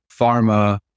pharma